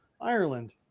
Ireland